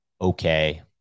okay